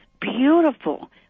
beautiful